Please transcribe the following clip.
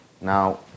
Now